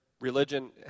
religion